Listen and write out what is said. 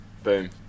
Boom